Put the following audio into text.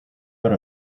got